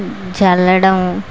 చల్లడం